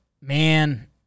man